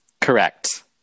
correct